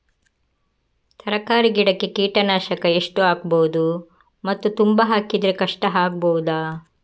ತರಕಾರಿ ಗಿಡಕ್ಕೆ ಕೀಟನಾಶಕ ಎಷ್ಟು ಹಾಕ್ಬೋದು ಮತ್ತು ತುಂಬಾ ಹಾಕಿದ್ರೆ ಕಷ್ಟ ಆಗಬಹುದ?